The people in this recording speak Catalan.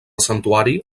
santuari